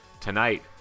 tonight